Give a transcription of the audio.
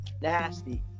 Nasty